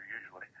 usually